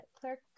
Clerk